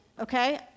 okay